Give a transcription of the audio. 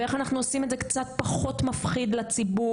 ואיך אנחנו עושים את זה קצת פחות מפחיד לציבור,